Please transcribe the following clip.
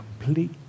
complete